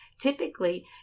typically